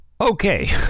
Okay